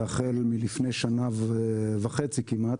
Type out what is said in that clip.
והחל מלפני שנה וחצי כמעט